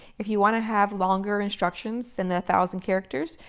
if you want to have longer instructions than the thousand characters,